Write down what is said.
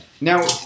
Now